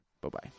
Bye-bye